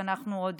ואנחנו עוד